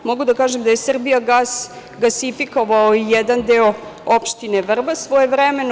Mogu da kažem da je „Srbijagas“ gasifikovao i jedan deo opštine Vrbas svojevremeno.